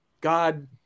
God